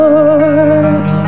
Lord